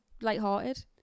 lighthearted